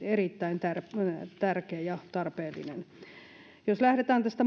erittäin tärkeä tärkeä ja tarpeellinen jos lähdetään tästä